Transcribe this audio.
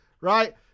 Right